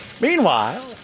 Meanwhile